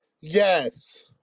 Yes